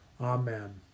Amen